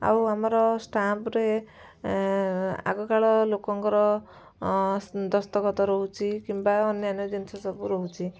ଆଉ ଆମର ଷ୍ଟାମ୍ପରେ ଆଗକାଳ ଲୋକଙ୍କର ଦସ୍ତଖତ ରହୁଛି କିମ୍ବା ଅନ୍ୟାନ୍ୟ ଜିନିଷ ସବୁ ରହୁଛି